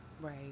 right